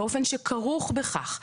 באופן שכרוך בכך,